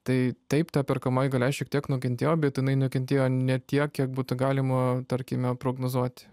tai taip ta perkamoji galia šiek tiek nukentėjo bet jinai nukentėjo ne tiek kiek būtų galima tarkime prognozuoti